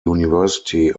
university